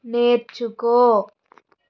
నేర్చుకో